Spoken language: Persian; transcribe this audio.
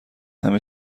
همه